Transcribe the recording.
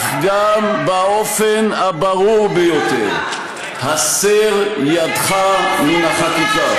אך גם באופן הברור ביותר: הסר ידך מן החקיקה.